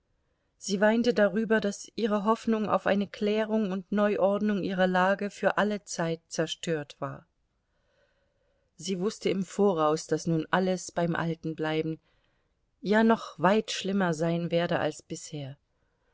sie weinte darüber daß ihre hoffnung auf eine klärung und neuordnung ihrer lage für alle zeit zerstört war sie wußte im voraus daß nun alles beim alten bleiben ja noch weit schlimmer sein werde als bisher